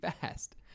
fast